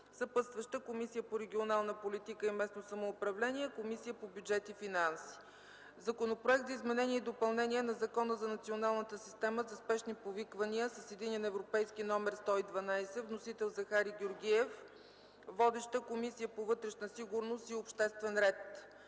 Съпътстващи са Комисията по регионална политика и местно самоуправление и Комисията по бюджет и финанси. Законопроект за изменение и допълнение на Закона за националната система за спешни повиквания с единен европейски номер 112. Вносител – Захари Георгиев. Водеща е Комисията по вътрешна сигурност и обществен ред.